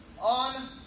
on